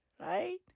Right